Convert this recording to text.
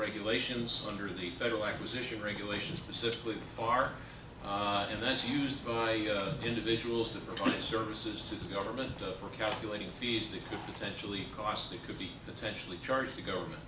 regulations under the federal acquisitions regulation specifically fair and that's used by individuals that provide services to the government for calculating fees that could potentially costh that could be potentially charged to government